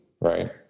Right